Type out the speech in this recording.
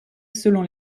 selon